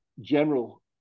general